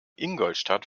ingolstadt